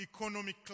economic